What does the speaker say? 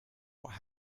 what